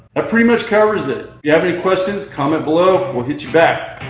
ah pretty much covers it, you have any questions comment below we'll hit you back.